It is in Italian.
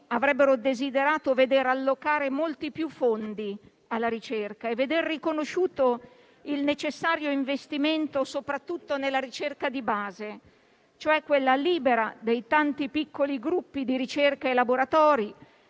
avrebbero desiderato vedere allocare molti più fondi alla ricerca e veder riconosciuto il necessario investimento soprattutto nella ricerca di base, quella libera dei tanti piccoli gruppi di ricerca e laboratori,